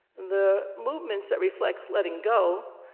the movements that reflect letting go.